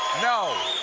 no!